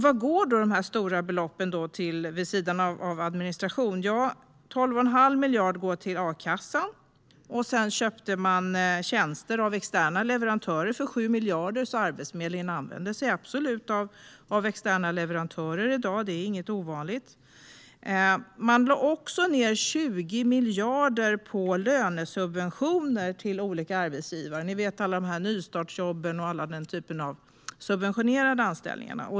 Vad går då dessa stora belopp till, vid sidan av administration? Ja, 12,5 miljarder går till a-kassan. Sedan köpte man tjänster av externa leverantörer för 7 miljarder, så Arbetsförmedlingen använder sig absolut av externa leverantörer i dag - det är inget ovanligt. Man lade också ned 20 miljarder på lönesubventioner till olika arbetsgivare: nystartsjobben och alla sådana typer av subventionerade anställningar.